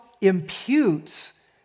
imputes